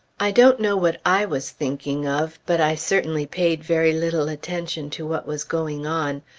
i don't know what i was thinking of, but i certainly paid very little attention to what was going on.